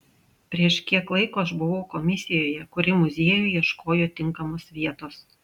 prieš kiek laiko aš buvau komisijoje kuri muziejui ieškojo tinkamos vietos